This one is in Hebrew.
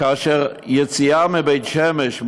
כאשר היציאה מבית שמש,